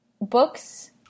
books